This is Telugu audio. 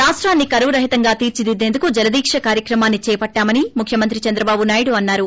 రాష్టాన్ని కరువు రహితంగా తీర్చిదిద్దేందుకు జలదీక్ష కార్యక్రమాన్ని చేపట్టామని ముఖ్యమంత్రి చంద్రబాబు నాయుడు అన్నారు